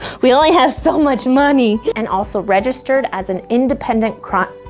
we only have so much money! and also registered as an independent crun